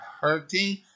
hurting